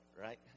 right